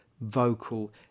vocal